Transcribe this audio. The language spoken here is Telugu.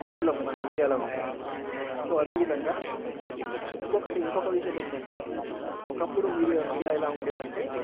ప్రాబ్లం మన ఇండియాలో ఉన్నది సో అదే విధంగా ఇంకొకటి ఇంకొక విషయం ఏంటంటే ఒకప్పుడు మీడియా మీడియా ఎలా ఉండేది అంటే